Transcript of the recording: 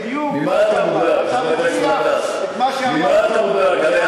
בדיוק, אתה מציע את מה שאמרתי, ממה אתה מודאג?